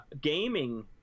gaming